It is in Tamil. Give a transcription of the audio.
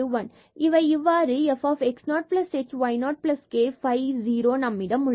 இவை இவ்வாறு f x 0 h y 0 k phi 0 நம்மிடம் உள்ளது